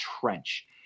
trench